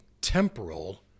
temporal